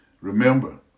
Remember